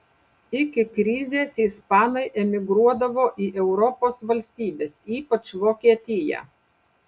iki krizės ispanai emigruodavo į europos valstybes ypač vokietiją